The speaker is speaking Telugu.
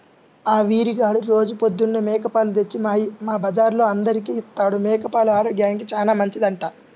ఆ వీరిగాడు రోజూ పొద్దన్నే మేక పాలు తెచ్చి మా బజార్లో అందరికీ ఇత్తాడు, మేక పాలు ఆరోగ్యానికి చానా మంచిదంట